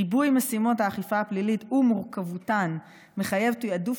ריבוי משימות האכיפה הפלילית ומורכבותן מחייב תיעדוף